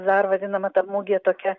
dar vadinama ta mugė tokia